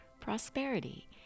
prosperity